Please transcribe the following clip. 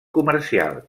comercial